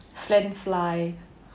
french fries